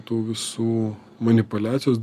tų visų manipuliacijos